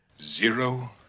Zero